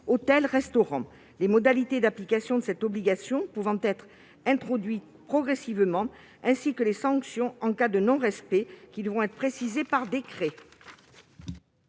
hôtels et restaurants. Les modalités d'application de cette obligation qui pourra être introduite progressivement, ainsi que les sanctions en cas de non-respect, seront précisées par décret.